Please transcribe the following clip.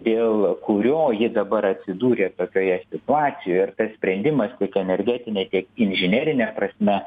dėl kurio ji dabar atsidūrė tokioje situacijoje ir tas sprendimas tiek energetine tiek inžinerine prasme